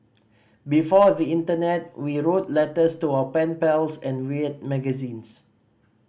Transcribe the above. before the internet we wrote letters to our pen pals and read magazines